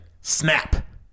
snap